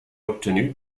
obtenu